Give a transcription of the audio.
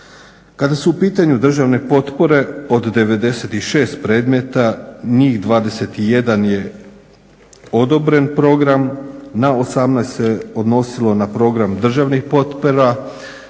Kada su u pitanju državne potpore od 96 predmeta njih 21 je odobren program, na 18 se odnosilo na program državnih potpora,